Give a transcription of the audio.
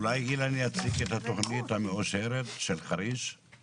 אולי אילן יציג את התכנית המאושרת של חריש?